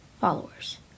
followers